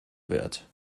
wird